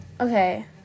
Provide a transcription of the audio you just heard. okay